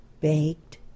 baked